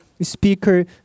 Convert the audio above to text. speaker